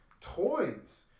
toys